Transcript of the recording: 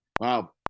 Wow